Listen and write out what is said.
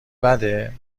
بده